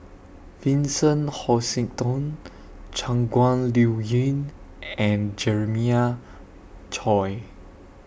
Vincent Hoisington Shangguan Liuyun and Jeremiah Choy